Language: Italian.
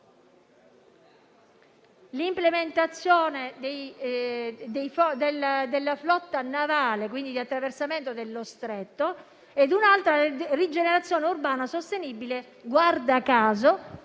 l'implementazione della flotta navale, quindi l'attraversamento dello Stretto, e la rigenerazione urbana sostenibile - guarda caso